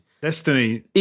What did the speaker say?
Destiny